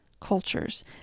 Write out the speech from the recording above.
cultures